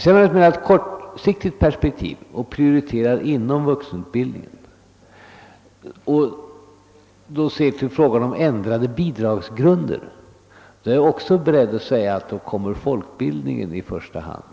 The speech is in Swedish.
Det mera kortsiktiga perspektivet innebär att vi prioriterar inom vuxenutbildningen. Ser vi då till frågan om ändrade bidragsgrunder är jag beredd att säga att folkbildningen kommer i första hand.